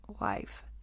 life